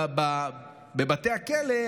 בבתי הכלא,